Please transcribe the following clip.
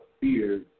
fear